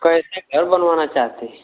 कैसे घर बनवाना चाहते हैं